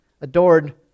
adored